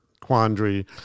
quandary